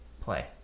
Play